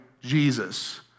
Jesus